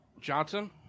Johnson